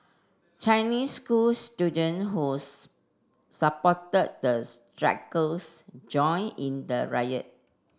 Chinese school student who's supported the strikers joined in the riot